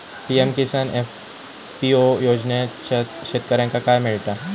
PM Kisan FPO योजनाच्यात शेतकऱ्यांका काय मिळता?